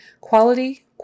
Quality